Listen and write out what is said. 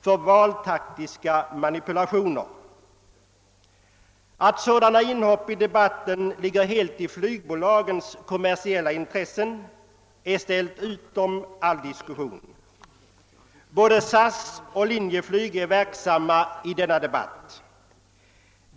för valtaktiska manipulationer. Att sådana inhopp i debatten ligger helt i flygbolagens kommersiella intresse är ställt utom all diskussion. Både SAS och Linjeflyg är verksamma i denna debatt.